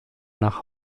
nach